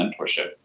mentorship